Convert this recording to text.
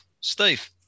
Steve